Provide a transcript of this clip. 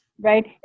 right